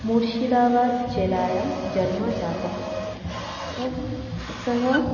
मुर्शिदाबाद् जिल्लायां जन्मजातः सः